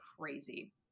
crazy